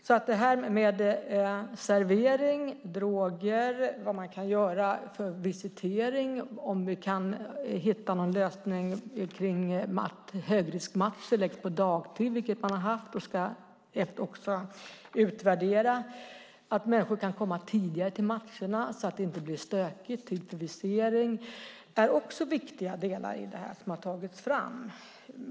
Servering, droger, vilken visitering man kan göra, om vi kan hitta en lösning som att högriskmatcher läggs på dagtid, vilket man har gjort och ska utvärdera, att människor kan komma tidigare till matcherna så att det inte blir stökigt och typ av visering är också viktiga delar som har tagits fram.